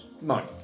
No